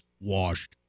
washed